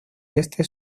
este